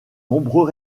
nombreux